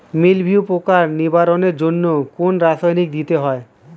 মিলভিউ পোকার নিবারণের জন্য কোন রাসায়নিক দিতে হয়?